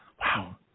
Wow